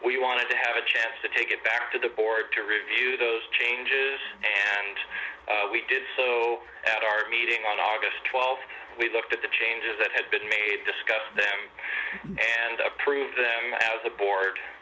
we wanted to have a chance to take it back to the board to review those changes and we did so at our meeting on august twelfth we looked at the changes that had been made discuss them and approve them as a board